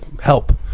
help